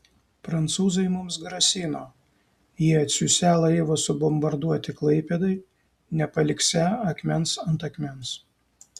prancūzai mums grasino jie atsiųsią laivą subombarduoti klaipėdai nepaliksią akmens ant akmens